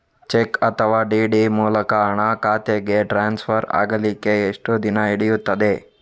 Check ಅಥವಾ DD ಮೂಲಕ ಹಣ ಖಾತೆಗೆ ಟ್ರಾನ್ಸ್ಫರ್ ಆಗಲಿಕ್ಕೆ ಎಷ್ಟು ದಿನ ಹಿಡಿಯುತ್ತದೆ?